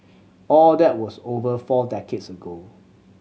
all that was over four decades ago